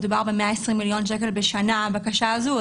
מדובר ב-120 מיליון שקל בשנה בבקשה הזו.